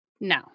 No